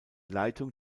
leitung